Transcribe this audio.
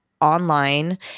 online